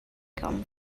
come